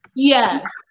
Yes